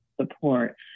support